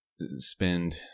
spend